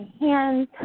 hands